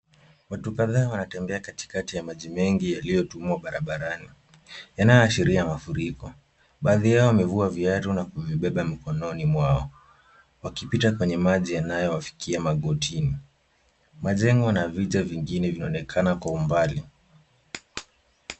Watu kadhaa wanatembea katikati ya maji mengi yaliotumwa barabarani yanayoashiria mafuriko. Baadhi yao wamevua viatu na kuvibeba mkononi mwao. Wakipita kwenye maji yanayowafikia magotini. Majengo na vija vingine vinaonekana kwa umbali.